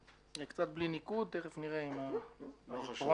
מתייחסים להכנסתו של אדם או לפרט